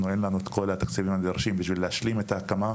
אין לנו את כל התקציבים הנדרשים בשביל להשלים את ההקמה.